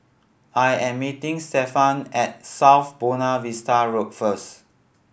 I am meeting Stefan at South Buona Vista Road first